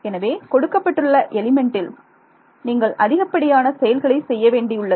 எனவே கொடுக்கப்பட்டுள்ள எலிமெண்ட்டில் நீங்கள் அதிகப்படியான செயல்களை செய்ய வேண்டியுள்ளது